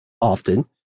often